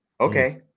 okay